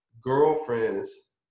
girlfriend's